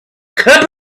cup